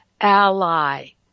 ally